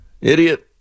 idiot